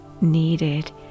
needed